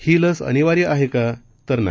ही लस अनिवार्य आहे का तर नाही